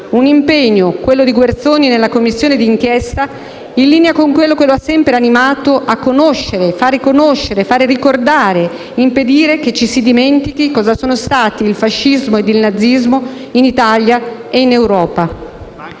Un impegno, quello di Guerzoni nella Commissione di inchiesta, in linea con quello che lo ha sempre animato a conoscere e far conoscere, far ricordare, impedire che ci si dimentichi cosa sono stati il fascismo e il nazismo in Italia e in Europa.